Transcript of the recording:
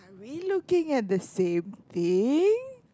we looking at the same thing